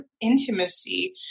intimacy